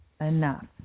enough